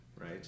right